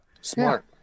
smart